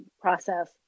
process